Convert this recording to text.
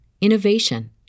innovation